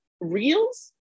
reels